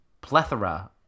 plethora